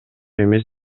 эмес